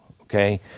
Okay